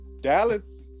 Dallas